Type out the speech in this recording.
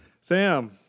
Sam